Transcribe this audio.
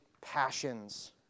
passions